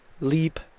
leap